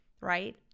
Right